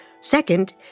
Second